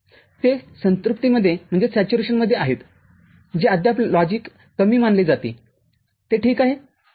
ते संतृप्तिमध्ये आहेत जे अद्याप लॉजिक कमी मानले जाते ते ठीक आहे